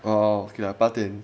oh okay lah 八点